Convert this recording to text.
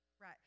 Right